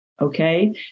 Okay